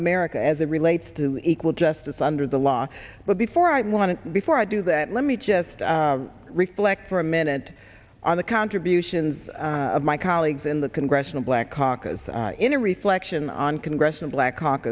america as it relates to equal justice under the law but before i want to before i do that let me just reflect for a minute on the contributions of my colleagues in the congressional black caucus in a reflection on congressional black